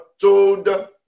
told